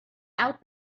out